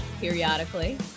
periodically